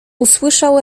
usłyszał